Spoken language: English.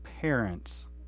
parents